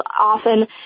often